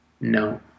no